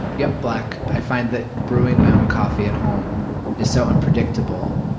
yup. black. i find that brewing my own coffee at home is so unpredictable.